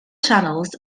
channels